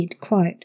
quote